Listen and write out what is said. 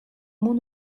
moon